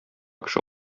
кеше